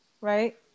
Right